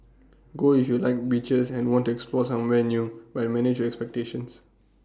go if you like beaches and want to explore somewhere new but manage your expectations